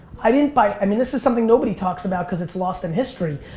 i didn't buy, i mean this is something nobody talks about cause it's lost in history.